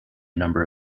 number